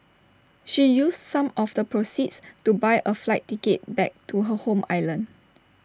she used some of the proceeds to buy A flight ticket back to her home island